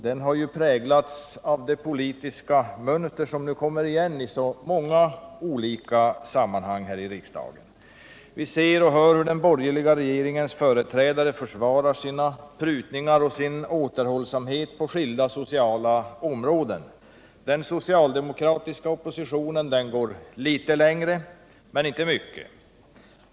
Den har präglats av det politiska mönster som nu kommer igen i så många olika sammanhang här i riksdagen. Vi hör och ser hur den borgerliga regeringens företrädare försvarar sina prutningar och sin återhållsamhet på skilda sociala områden. Den socialdemokratiska oppositionen går inte fullt så långt.